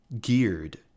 geared